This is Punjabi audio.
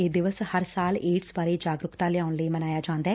ਇਹ ਦਿਵਸ ਹਰ ਸਾਲ ਏਡਜ ਬਾਰੇ ਜਾਗਰੁਕਤਾ ਲਿਅਉਣ ਲਈ ਮਨਾਇਆ ਜਾਂਦੈ